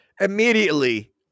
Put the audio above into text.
immediately